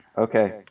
Okay